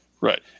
Right